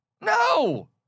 No